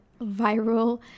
viral